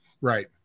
right